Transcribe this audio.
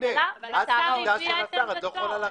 השר הביע את עמדתו.